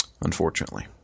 Unfortunately